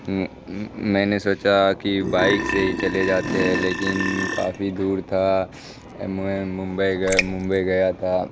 میں نے سوچا کہ بائک سے ہی چلے جاتے ہے لیکن کافی دور تھا ممبئی گئے ممبئی گیا تھا